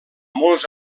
molts